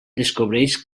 descobreix